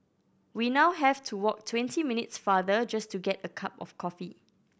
we now have to walk twenty minutes farther just to get a cup of coffee